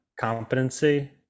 competency